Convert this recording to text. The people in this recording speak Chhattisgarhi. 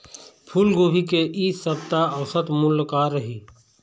फूलगोभी के इ सप्ता औसत मूल्य का रही?